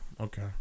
okay